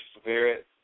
spirit